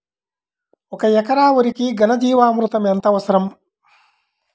ఒక ఎకరా వరికి ఘన జీవామృతం ఎంత అవసరం?